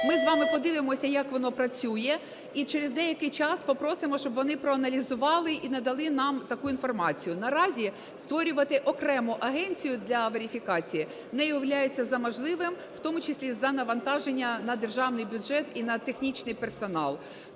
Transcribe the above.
ми з вами подивимося, як воно працює і через деяких час попросимо, щоб вони проаналізували і надали нам таку інформацію. Наразі створювати окремо агенцію для верифікації не являється за можливе, в тому числі із-за навантаження на державний бюджет і на технічний персонал.